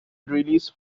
release